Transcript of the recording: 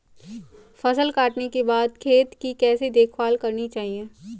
फसल काटने के बाद खेत की कैसे देखभाल करनी चाहिए?